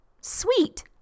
Sweet